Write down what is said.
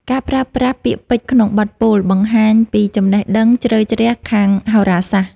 ការប្រើប្រាស់ពាក្យពេចន៍ក្នុងបទពោល បង្ហាញពីចំណេះដឹងជ្រៅជ្រះខាងហោរាសាស្ត្រ។